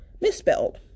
misspelled